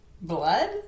blood